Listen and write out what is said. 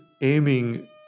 aiming